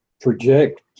project